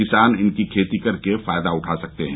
किसान इनकी खेती करके फायदा उठा सकते हैं